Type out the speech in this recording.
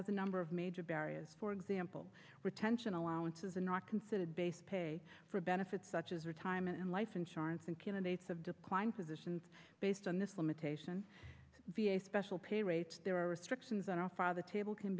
has a number of major barriers for example retention allowances and not considered base pay for benefits such as retirement and life insurance and candidates have declined positions based on this limitation be a special pay rate there are restrictions on all father table can